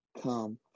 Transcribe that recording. come